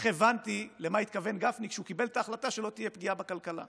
איך הבנתי למה התכוון גפני כשהוא קיבל את ההחלטה שלא תהיה פגיעה בכלכלה.